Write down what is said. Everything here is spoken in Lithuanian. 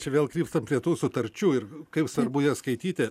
čia vėl krypstam prie tų sutarčių ir kaip svarbu jas skaityti